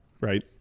Right